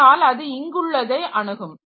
அதனால் அது இங்குள்ளதை அணுகும்